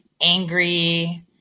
angry